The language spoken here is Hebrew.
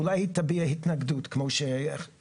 אולי היא תביע התנגדות כמו חברי.